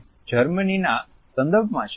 A અને જર્મનીના સંદર્ભમાં છે